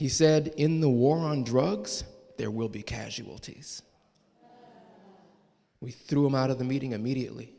he said in the war on drugs there will be casualties we threw him out of the meeting and mediately